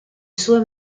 sue